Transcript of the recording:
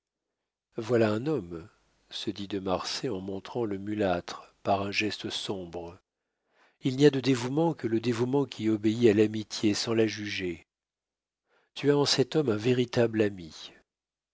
voilà un homme se dit de marsay en montrant le mulâtre par un geste sombre il n'y a de dévouement que le dévouement qui obéit à l'amitié sans la juger tu as en cet homme un véritable ami